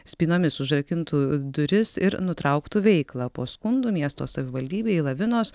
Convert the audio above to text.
spynomis užrakintų duris ir nutrauktų veiklą po skundų miesto savivaldybei lavinos